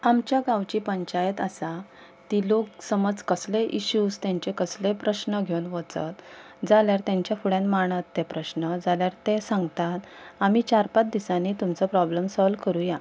आमच्या गांवची पंचायत आसा ती लोक समज कसलेय इश्यूस तांचे कसले प्रश्न घेवन वचत जाल्यार तेंच्या फुड्यान मांडत ते प्रश्न जाल्यार ते सांगतात आमी चार पांच दिसांनी तुमचो प्रोब्लॅम सोल्व करुया